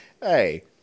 Hey